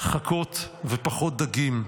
חכות ופחות דגים.